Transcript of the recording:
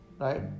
right